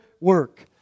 work